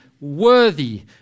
worthy